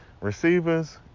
receivers